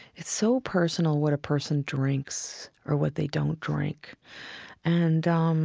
it's so personal what a person drinks or what they don't drink and um